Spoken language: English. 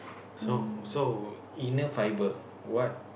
so so inner fibre what